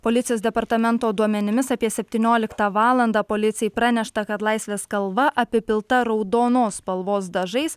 policijos departamento duomenimis apie septynioliktą valandą policijai pranešta kad laisvės kalva apipilta raudonos spalvos dažais